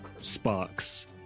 sparks